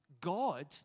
God